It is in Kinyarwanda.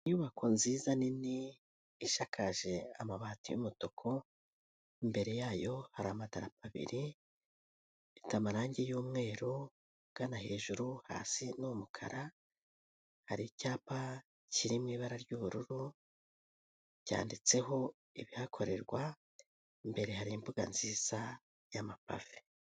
Inyubako nziza nini ishakaje amabati yumutuku, imbere yayo hari amadarapo abiri, ifite amarangi y'umweru ugana hejuru hasi numukara, hari icyapa kirimo ibara ry'ubururu byanditseho ibihakorerwa imbere hari imbuga nziza y'amapave.